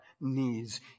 knees